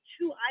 two